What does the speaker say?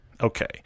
okay